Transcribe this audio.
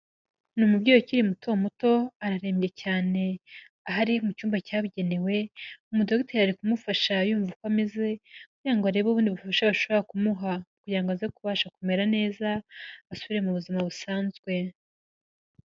Ni umubyeyi ukiri muto muto, ararembye cyane ahari mu cyumba cyabugenewe, umudogite ari kumufasha yumva uko ameze kugirango ngo arebe ubundi bufasha bashobora kumuha kugirango ngo aze kubasha kumera neza asubire mu buzima busanzwe.